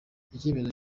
icyemezo